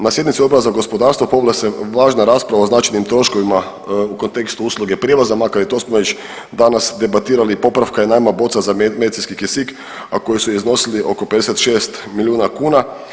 Na sjednici Odbora za gospodarstvo povela se važna rasprava o značajnim troškovima u kontekstu usluge prijevoza makar i to smo već danas debatirali, popravka i najma boca za medicinski kisik, a koji su iznosili oko 56 milijuna kuna.